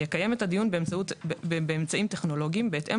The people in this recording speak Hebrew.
יקיים את הדיון באמצעים טכנולוגיים בהתאם